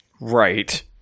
Right